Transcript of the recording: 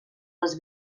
les